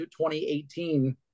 2018